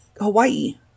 Hawaii